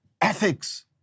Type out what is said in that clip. ethics